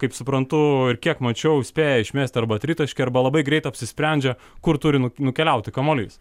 kaip suprantu ir kiek mačiau spėja išmesti arba tritaškį arba labai greit apsisprendžia kur turi nu nukeliauti kamuolys